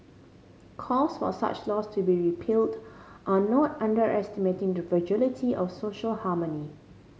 calls for such laws to be repealed are not underestimating the fragility of social harmony